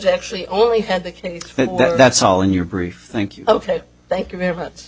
actually only had the case that's all in your brief thank you ok thank you very much